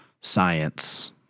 science